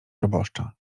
proboszcza